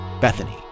Bethany